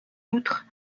outre